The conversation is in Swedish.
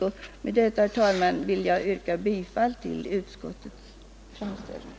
Med dessa ord, herr talman, vill jag yrka bifall till utskottets hemställan.